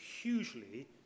hugely